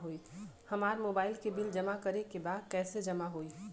हमार मोबाइल के बिल जमा करे बा कैसे जमा होई?